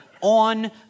on